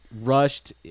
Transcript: rushed